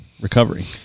recovery